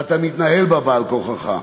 ואתה מתנהל בה על-כורחך.